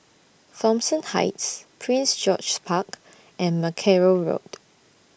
Thomson Heights Prince George's Park and Mackerrow Road